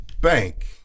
Bank